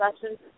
sessions